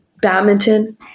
Badminton